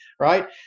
right